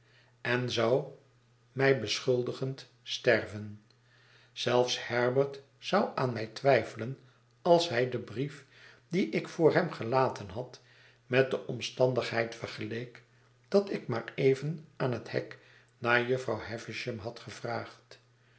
en zou mij beschuldigend sterven zelfs herbert zou aan mij twijfelen als hij den brief dien ik voor hem gelaten had met de omstandigheid vergeleek dat ik maar even aan het hek naar jufvrouwhavisham had gevraagd